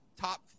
top